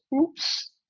oops